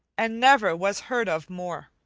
and never was heard of more.